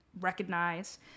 recognize